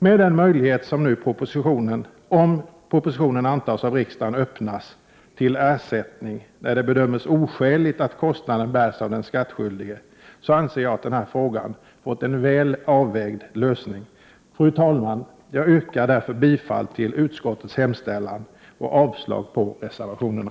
Med den möjlighet som propositionen — om den antas av riksdagen — öppnar till ersättning när det bedömes oskäligt att kostnaden skall bäras av den skattskyldige anser jag att denna fråga har fått en väl avvägd lösning. Fru talman! Jag yrkar därför bifall till utskottets hemställan och avslag på reservationerna.